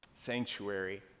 sanctuary